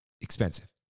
expensive